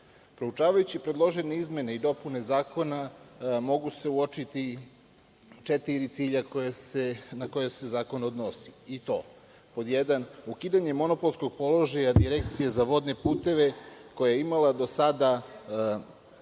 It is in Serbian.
zakona. Proučavajući predložene izmene i dopune zakona mogu se uočiti četiri cilja na koja se zakon odnosi i to, pod jedan ukidanje monopolskog položaja Direkcije za vodne puteve koja je imala do sada